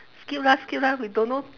skip lah skip lah we don't know